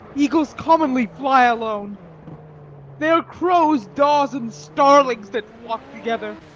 eagles commonly fly alone they are crows, daws, and starlings that flock together.